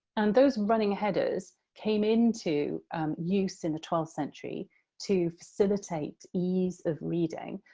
and those running headers came into use in the twelfth century to facilitate ease of reading,